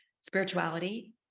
spirituality